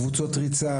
קבוצות ריצה,